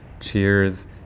Cheers